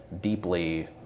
deeply